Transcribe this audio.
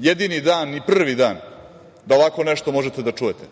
jedini dan ni prvi dan da ovako nešto možete da čujete,